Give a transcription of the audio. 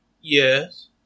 Yes